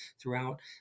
throughout